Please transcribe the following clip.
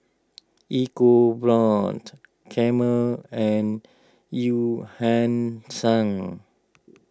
EcoBrown's Camel and Eu Yan Sang